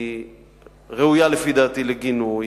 היא ראויה לפי דעתי לגינוי,